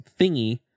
thingy